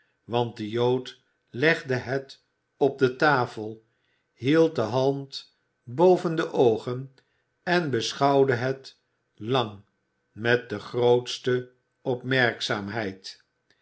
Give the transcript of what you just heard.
want de jood legde het op de tafel hield de hand boven de oogen en beschouwde het lang met de grootste